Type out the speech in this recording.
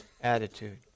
attitude